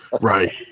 Right